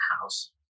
house